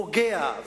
ופוגע,